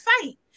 fight